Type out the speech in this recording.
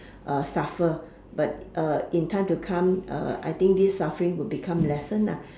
suffer but in time to come I think this suffering would become lessen